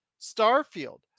Starfield